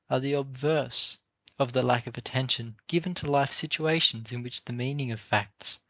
are the obverse of the lack of attention given to life situations in which the meaning of facts,